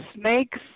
snakes